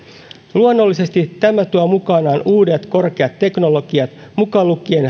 luonnollisesti tämä tuo mukanaan uudet korkeat teknologiat mukaan lukien